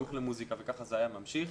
חינוך למוסיקה וכך זה היה ממשיך.